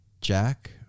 Jack